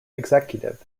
executive